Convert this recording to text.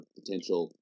potential